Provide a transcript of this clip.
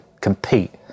compete